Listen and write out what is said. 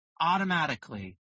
automatically